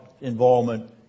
involvement